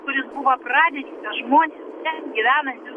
kuris buvo pradininkas žmonės ten gyvenantys